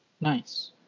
nice